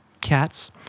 cats